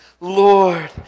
Lord